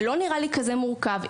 זה לא נראה לי כזה מורכב,